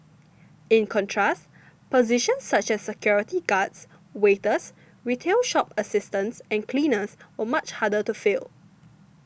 in contrast positions such as security guards waiters retail shop assistants and cleaners were much harder to fill